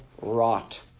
rot